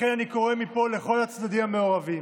לכן, אני קורא מפה לכל הצדדים המעורבים,